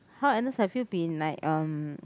how Agnes have you been like um